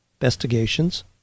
investigations